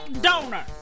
donor